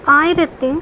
ஆயிரத்து